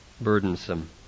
burdensome